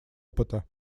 опыта